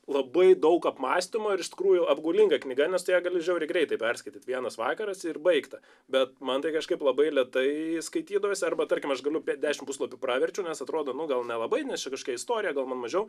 labai daug apmąstymo ir iš tikrųjų apgaulinga knyga nes tu ją gali žiauriai greitai perskaityti vienas vakaras ir baigta bet man tai kažkaip labai lėtai skaitydavosi arba tarkim aš galiu per dešimt puslapių praverčiau nes atrodo nu gal nelabai nes čia kažklokia istorija gal man mažiau